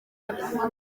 avuga